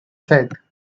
said